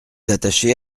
attachée